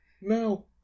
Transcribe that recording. No